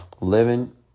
living